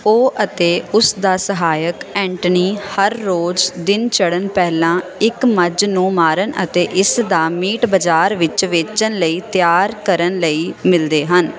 ਉਹ ਅਤੇ ਉਸ ਦਾ ਸਹਾਇਕ ਐਂਟਨੀ ਹਰ ਰੋਜ਼ ਦਿਨ ਚੜ੍ਹਨ ਪਹਿਲਾਂ ਇੱਕ ਮੱਝ ਨੂੰ ਮਾਰਨ ਅਤੇ ਇਸ ਦਾ ਮੀਟ ਬਾਜ਼ਾਰ ਵਿੱਚ ਵੇਚਣ ਲਈ ਤਿਆਰ ਕਰਨ ਲਈ ਮਿਲਦੇ ਹਨ